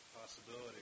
possibility